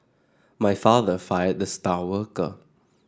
my father fired the star worker